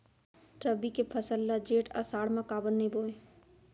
रबि के फसल ल जेठ आषाढ़ म काबर नही बोए?